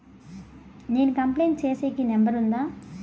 నేను కంప్లైంట్ సేసేకి నెంబర్ ఉందా?